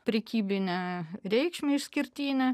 prekybinę reikšmę išskirtinę